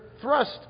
thrust